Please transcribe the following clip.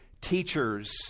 teachers